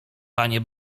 panie